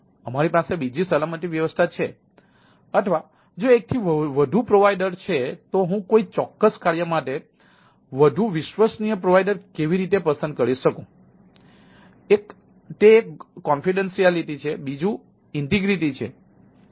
અમારી પાસે બીજી સલામતી વ્યવસ્થા છે અથવા જો એકથી વધુ પ્રોવાઇડર છે તો હું કોઈ ચોક્કસ કાર્ય માટે વધુ વિશ્વસનીય પ્રોવાઇડર કેવી રીતે પસંદ કરી શકું